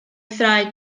thraed